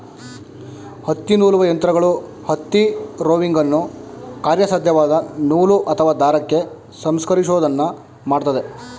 ಹತ್ತಿನೂಲುವ ಯಂತ್ರಗಳು ಹತ್ತಿ ರೋವಿಂಗನ್ನು ಕಾರ್ಯಸಾಧ್ಯವಾದ ನೂಲು ಅಥವಾ ದಾರಕ್ಕೆ ಸಂಸ್ಕರಿಸೋದನ್ನ ಮಾಡ್ತದೆ